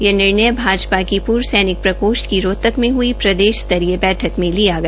यह निर्णय भाजपा की पूर्व सैनिक प्रकोष्ठ के रोहतक में हई प्रदेश स्तरीय बैठक में लिया गया